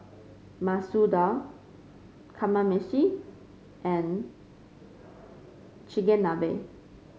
Masoor Dal Kamameshi and Chigenabe